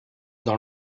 dans